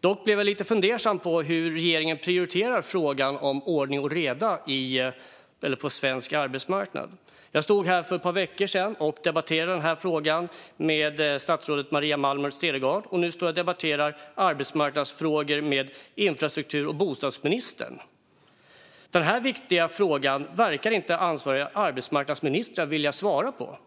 Dock blev jag lite fundersam över hur regeringen prioriterar frågan om ordning och reda på svensk arbetsmarknad. För ett par veckor sedan stod jag här och debatterade den här frågan med statsrådet Maria Malmer Stenergard, och nu står jag och debatterar arbetsmarknadsfrågor med infrastruktur och bostadsministern. Den här viktiga frågan verkar inte ansvariga arbetsmarknadsministrar vilja svara på.